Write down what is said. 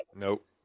Nope